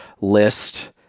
list